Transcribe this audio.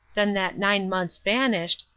then that nine months vanished,